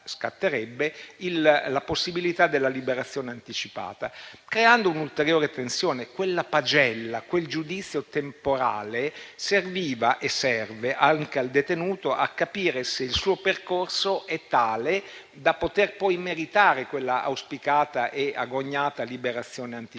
scatterebbe la possibilità della liberazione anticipata, creando un'ulteriore tensione. Quella pagella, quel giudizio temporale serviva - e serve - anche al detenuto a capire se il suo percorso è tale da poter poi meritare quell'auspicata e agognata liberazione anticipata.